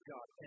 God